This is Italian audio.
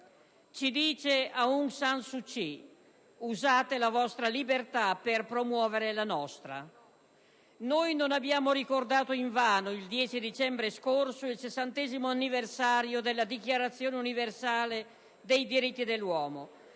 Ci dice Aung San Suu Kyi: «Usate la vostra libertà per promuovere la nostra». Noi non abbiamo ricordato invano, il 10 dicembre scorso, il sessantesimo anniversario della Dichiarazione universale dei diritti dell'uomo,